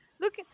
Look